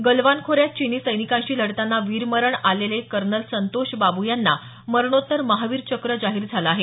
गलवान खोऱ्यात चिनी सैनिकांशी लढताना वीरमरण आलेले कर्नल संतोष बाब् यांना मरणोत्तर महावीर चक्र जाहीर झालं आहे